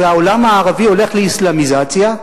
והעולם הערבי הולך לאסלאמיזציה,